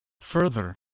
Further